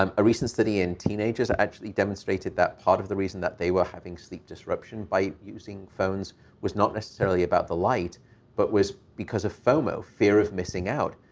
um a recent study in teenagers are actually demonstrated that part of the reason that they were having sleep disruption by using phones was not necessarily about the light but was because of fomo, fear of missing out,